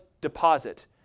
deposit